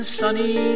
sunny